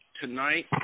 tonight